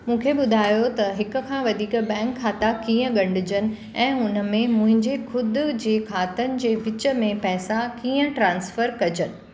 मूंखे ॿुधायो त हिक खां वधीक बैंक खाता कीअं गॾजनि ऐं हुनमें मुंहिंजे ख़ुद जे खातनि जे विच में पैसा कीअं ट्रान्सफर कजनि